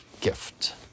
Gift